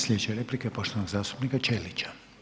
Sljedeća replika je poštovanog zastupnika Ćelića.